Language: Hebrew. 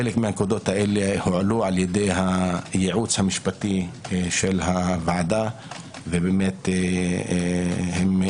חלק מהנקודות האלה הועלו על ידי הייעוץ המשפטי של הוועדה ובאמת הגישו